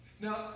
Now